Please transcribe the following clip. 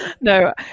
no